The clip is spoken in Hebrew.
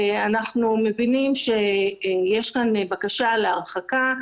אנחנו מבינים שיש כאן בקשה להרחקה,